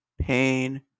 Pain